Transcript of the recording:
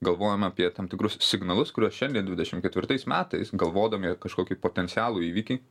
galvojom apie tam tikrus signalus kuriuos šiandien dvidešim ketvirtais metais galvodami kažkokį potencialų įvykį